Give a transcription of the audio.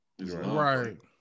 Right